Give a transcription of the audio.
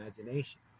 Imagination